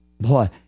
boy